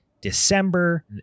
December